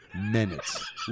minutes